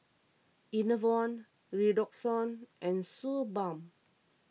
Enervon Redoxon and Suu Balm